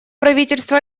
правительство